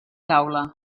taula